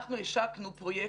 אנחנו השקנו פרויקט,